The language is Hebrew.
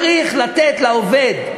צריך לתת לעובד,